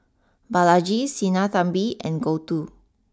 Balaji Sinnathamby and Gouthu